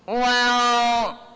well,